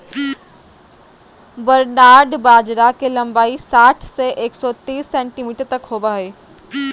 barnyard बाजरा के लंबाई साठ से एक सो तिस सेंटीमीटर तक होबा हइ